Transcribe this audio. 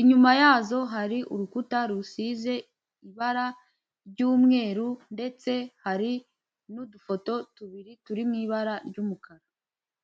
inyuma yazo hari urukuta rusize ibara ry'umweru ndetse hari n'udufoto tubiri turi mu ibara ry'umukara.